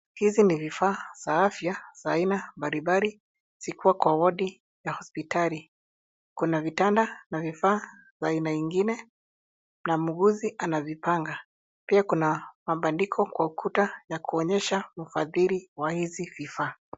Hizi ni vifaa za afya za aina mbalimbali zikiwa kwa wodi ya hospitali. Kuna vitanda na vifaa vya aina nyingine na muuguzi anavipanga. Pia kuna mabadiliko kwa kuta ya kuonyesha mfadhili wa hizi vifaa.